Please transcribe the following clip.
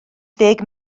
ddeg